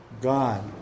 God